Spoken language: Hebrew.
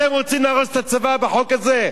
אתם רוצים להרוס את הצבא בחוק הזה?